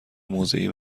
موضعی